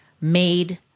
made